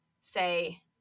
say